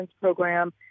program